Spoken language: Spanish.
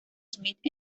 smith